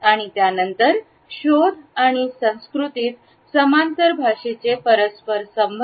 आणि त्यानंतर शोध आणि संस्कृतीत समांतर भाषेचे परस्पर संबंध